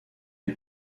est